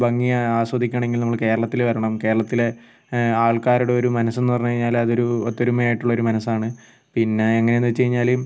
ഭംഗി ആസ്വദിക്കണമെങ്കിൽ നമ്മൾ കേരളത്തിൽ വരണം കേരളത്തിലെ ആൾക്കാരുടെ ഒരു മനസ്സെന്നു പറഞ്ഞുകഴിഞ്ഞാൽ അതൊരു ഒത്തൊരുമയായിട്ടുള്ള ഒരു മനസ്സാണ് പിന്നെ എങ്ങനെയാന്നു വെച്ച് കഴിഞ്ഞാൽ